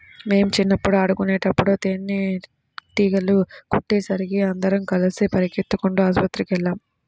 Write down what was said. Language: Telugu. మేం చిన్నప్పుడు ఆడుకునేటప్పుడు తేనీగలు కుట్టేసరికి అందరం కలిసి పెరిగెత్తుకుంటూ ఆస్పత్రికెళ్ళాం